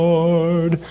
Lord